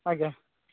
ଆଜ୍ଞା